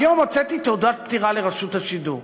היום הוצאתי תעודת פטירה לרשות השידור.